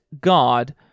God